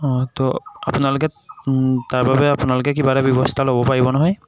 অঁ তো আপোনালোকে তাৰবাবে আপোনালোকে কিবা এটা ব্যৱস্থা ল'ব পাৰিব নহয়